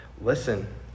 Listen